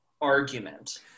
argument